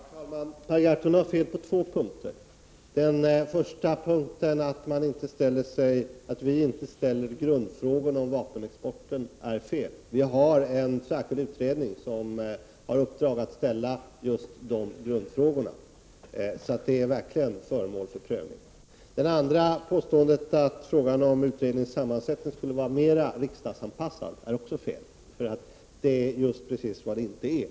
Herr talman! Per Gahrton har fel på två punkter. Den första punkten där Per Gahrton har fel är när han påstår att vi inte ställer grundfrågorna om vapenexporten. En särskild utredning har i uppdrag att ställa just grundfrågorna. De är alltså verkligen föremål för prövning. Det andra påståendet att frågan om utredningens sammansättning skulle vara mer riksdagsanpassad är också fel. Det är just precis vad den frågan inte är.